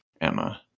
Emma